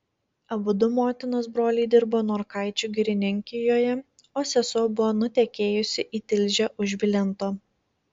abudu motinos broliai dirbo norkaičių girininkijoje o sesuo buvo nutekėjusi į tilžę už vilento